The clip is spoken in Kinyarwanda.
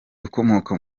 ukomoka